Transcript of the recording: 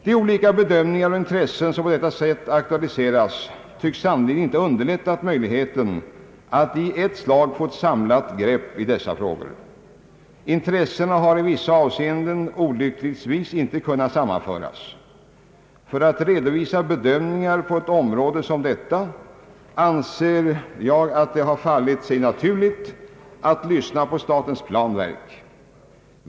De olika bedömningar och intressen som på detta sätt aktualiseras tycks sannerligen inte ha underlättat möjligheten att i ett slag få ett samlat grepp i dessa frågor. Intressena har i vissa avseenden olyckligtvis inte kunnat sammanföras. För att redovisa bedömningar på ett område som detta anser jag att det har fallit sig naturligt att lyssna på statens planverk.